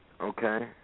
Okay